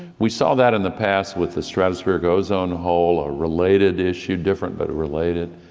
we saw that in the past with the stratospheric ozone hole, a related issue, different but related.